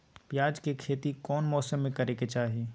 प्याज के खेती कौन मौसम में करे के चाही?